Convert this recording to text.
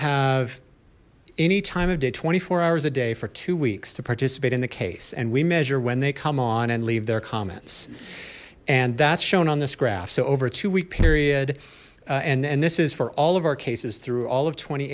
have any time of day twenty four hours a day for two weeks to participate in the case and we measure when they come on and leave their comments and that's shown on this graph so over two week period and and this is for all of our cases through all of tw